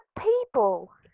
people